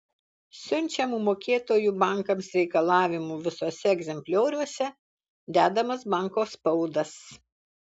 siunčiamų mokėtojų bankams reikalavimų visuose egzemplioriuose dedamas banko spaudas